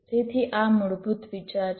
તેથી આ મૂળભૂત વિચાર છે